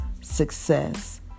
success